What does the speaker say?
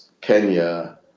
Kenya